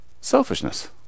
Selfishness